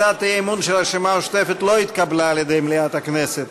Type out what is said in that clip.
הצעת האי-אמון של הרשימה המשותפת לא נתקבלה על-ידי מליאת הכנסת.